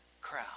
crowd